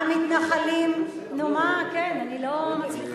המתנחלים הם לא, והמסתננים.